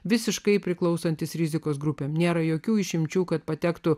visiškai priklausantys rizikos grupėms nėra jokių išimčių kad patektų